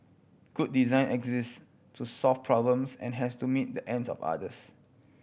good design exist to solve problems and has to meet the ends of others